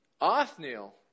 Othniel